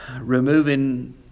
removing